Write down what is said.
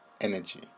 Energy